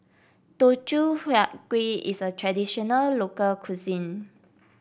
Teochew Huat Kuih is a traditional local cuisine